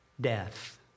death